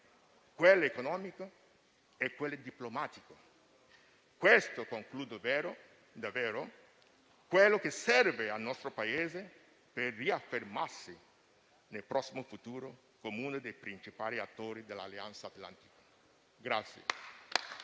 quello economico e quello diplomatico. Questo è quello che serve al nostro Paese per riaffermarsi nel prossimo futuro come uno dei principali attori dell'Alleanza atlantica.